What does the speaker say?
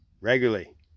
regularly